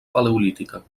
paleolítica